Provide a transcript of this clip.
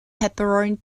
pepperoni